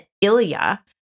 Ilya